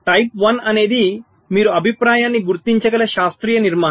type one అనేది మీరు అభిప్రాయాన్ని గుర్తించగల శాస్త్రీయ నిర్మాణం